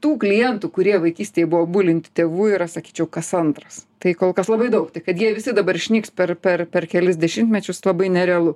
tų klientų kurie vaikystėj buvo bulinti tėvų yra sakyčiau kas antras tai kol kas labai daug kad jie visi dabar išnyks per per per kelis dešimtmečius labai nerealu